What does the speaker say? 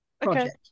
project